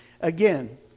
again